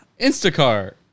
Instacart